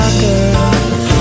girl